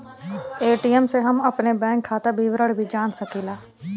ATM से हम अपने बैंक खाता विवरण भी जान सकीला